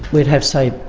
we'd have, say,